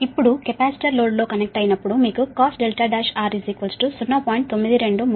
ఇప్పుడు కెపాసిటర్ లోడ్లో కనెక్ట్ అయినప్పుడు మీకు Cos R1 0